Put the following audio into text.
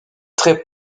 très